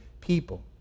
people